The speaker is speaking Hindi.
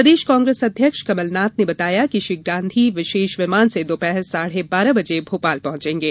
प्रदेश कांग्रेस अध्यक्ष कमलनाथ ने बताया कि श्री गांधी विशेष विमान से दोपहर साढ़े बारह बजे भोपाल पहुंचेगे